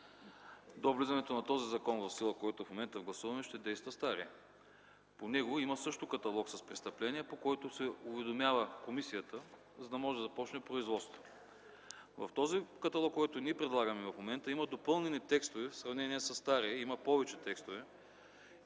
До влизането на този закон в сила, който в момента гласуваме, ще действа старият. По него също има каталог с престъпления, по който се уведомява комисията, за да може да започне производство. В този каталог, който ние в момента предлагаме, има допълнени текстове – в сравнение със стария има повече текстове.